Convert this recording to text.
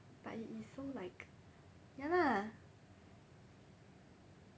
but it is so like ya lah